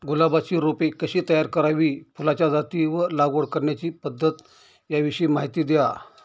गुलाबाची रोपे कशी तयार करावी? फुलाच्या जाती व लागवड करण्याची पद्धत याविषयी माहिती द्या